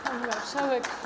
Pani Marszałek!